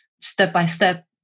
step-by-step